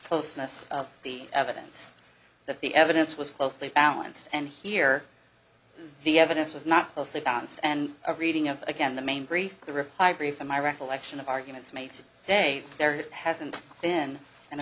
closeness of the evidence that the evidence was closely balanced and here the evidence was not closely balanced and a reading of again the main brief the reply brief and my recollection of arguments made to day there hasn't been an